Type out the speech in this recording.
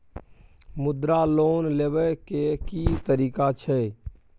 मुद्रा लोन लेबै के की तरीका छै?